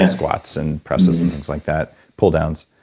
yeah squats, and presses and things like that, pull downs.